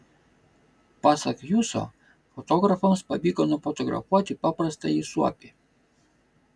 pasak juso fotografams pavyko nufotografuoti paprastąjį suopį